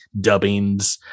dubbings